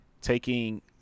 taking